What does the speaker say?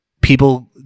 people